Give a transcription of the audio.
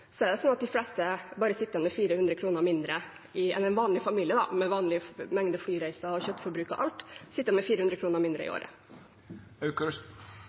er det sånn at de fleste bare sitter igjen med 400 kr mindre; en vanlig familie med vanlig mengde flyreiser, kjøttforbruk og alt sitter igjen med 400 kr mindre i